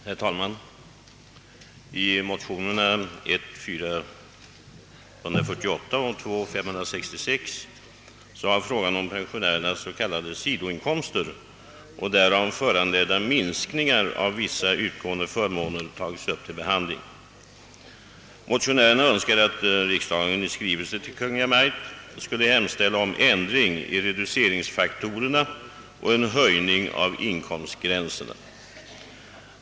Herr talman! I motionerna I: 448 och II: 566 har frågan om pensionärernas s.k. sidoinkomster och därav föranledda minskningar av vissa utgående förmåner tagits upp till behandling. Motionärerna önskar att riksdagen i skrivelse till Kungl. Maj:t skall hemställa om ändring i reduceringsfaktorerna och höjning av inkomtsgränserna.